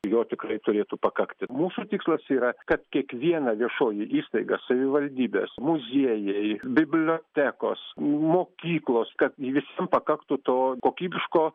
jo tikrai turėtų pakakti mūsų tikslas yra kad kiekviena viešoji įstaiga savivaldybės muziejai bibliotekos mokyklos kad visiems pakaktų to kokybiško